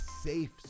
safe